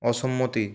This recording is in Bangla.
অসম্মতি